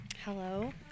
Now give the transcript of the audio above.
Hello